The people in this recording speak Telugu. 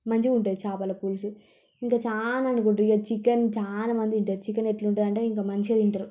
మంచిగుంటాయి చాపల పులుసు ఇంకా చాలా అనుకుంటారు ఇక చికెన్ చానా మంది తింటారు చికెనెట్లుంటుందంటే ఇంక మంచిగా తింటారు